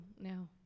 now